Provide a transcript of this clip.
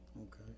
Okay